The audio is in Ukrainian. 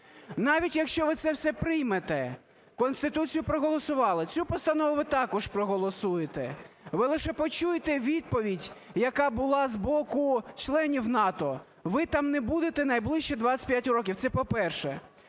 Навіть якщо ви це все приймете, Конституцію проголосували, цю постанову ви також проголосуєте, ви лише почуйте відповідь, яка була з боку членів НАТО: ви там не будете найближчі 25 років. Це, по-перше.